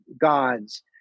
gods